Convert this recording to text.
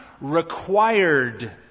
required